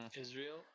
Israel